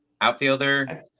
Outfielder